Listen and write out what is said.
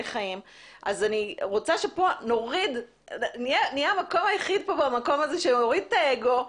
חיים אז אני רוצה שנהיה המקום היחיד שמוריד את האגו,